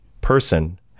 person